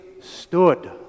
stood